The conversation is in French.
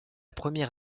première